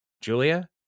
Julia